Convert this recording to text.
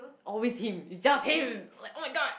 always him it's just him like [oh]-my-god